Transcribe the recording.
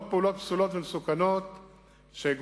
ועוד פעולות פסולות ומסוכנות שגורמות,